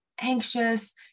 anxious